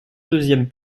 deuxième